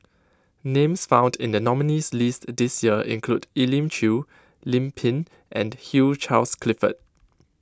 names found in the nominees' list this year include Elim Chew Lim Pin and Hugh Charles Clifford